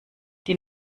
die